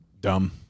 Dumb